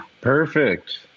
Perfect